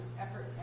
effort